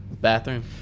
bathroom